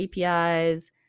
APIs